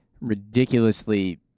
ridiculously